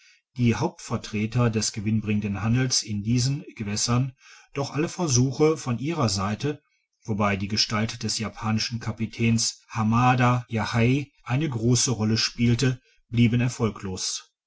die hauptvertreter des gewinnbringenden handels in diesen gewässern doch alle versuche von ihrer seite wobei die gestalt des japanischen kapitainshamada yahei eine grosse rolle spielt blieben erfolglos